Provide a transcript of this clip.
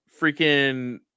Freaking